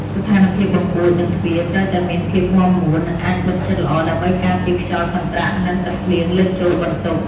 ស្ថានភាពបង្អួចនិងទ្វារត្រូវតែមានភាពមាំមួននិងអាចបិទជិតល្អដើម្បីការពារខ្យល់កន្ត្រាក់និងទឹកភ្លៀងលិចចូលបន្ទប់។